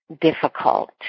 difficult